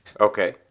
Okay